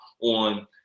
on